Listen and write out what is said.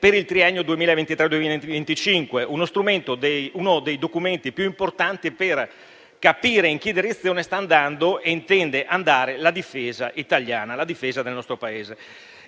per il triennio 2023-2025, uno dei documenti più importanti per capire in che direzione sta andando e intende andare la difesa italiana, la difesa del nostro Paese.